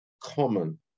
common